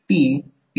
म्हणून पहा